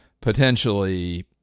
potentially